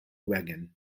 wagon